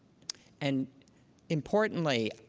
and importantly,